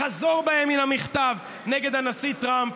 לחזור בהם מן המכתב נגד הנשיא טראמפ,